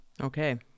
Okay